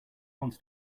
wants